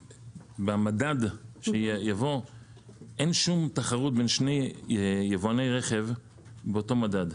במדד שיבוא אין שום תחרות בין שני יבואני רכב באותו מדד.